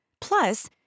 Plus